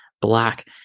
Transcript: black